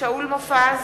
שאול מופז,